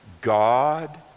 God